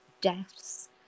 deaths